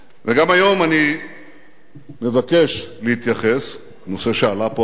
וגם היום אני מבקש להתייחס לנושא שעלה פה היום,